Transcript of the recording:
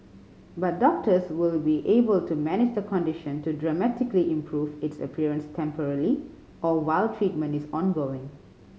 but doctors will be able to manage the condition to dramatically improve its appearance temporarily or while treatment is ongoing